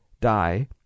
die